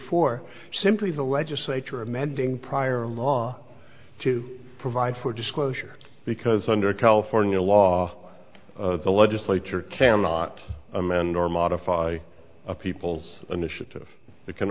for simply the legislature amending prior law to provide for disclosure because under california law the legislature cannot amend or modify a people's initiative